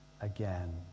again